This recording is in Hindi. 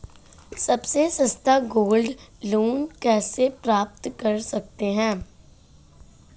सबसे सस्ता गोल्ड लोंन कैसे प्राप्त कर सकते हैं?